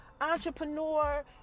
Entrepreneur